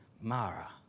Mara